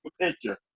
picture